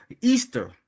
Easter